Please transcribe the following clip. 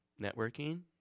networking